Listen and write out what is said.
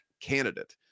candidate